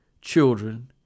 children